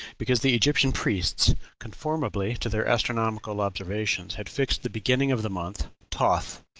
because the egyptian priests, conformably to their astronomical observations, had fixed the beginning of the month toth,